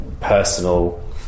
personal